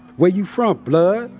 where you from, blood?